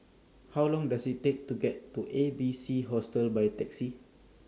How Long Does IT Take to get to A B C Hostel By Taxi